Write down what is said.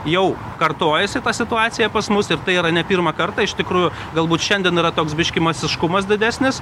jau kartojasi ta situacija pas mus ir tai yra ne pirmą kartą iš tikrųjų galbūt šiandien yra toks biškį masiškumas didesnis